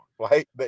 right